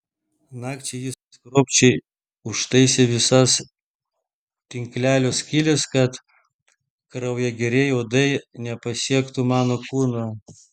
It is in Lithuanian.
nakčiai jis kruopščiai užtaisė visas tinklelio skyles kad kraugeriai uodai nepasiektų mano kūno